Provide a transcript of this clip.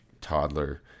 toddler